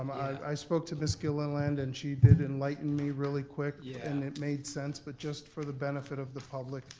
i spoke to miss gilliland and she did enlighten me really quick. yeah. and it made sense. but just for the benefit of the public.